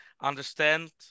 understand